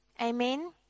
Amen